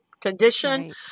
condition